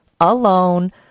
alone